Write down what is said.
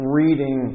reading